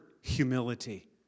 humility